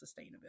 sustainability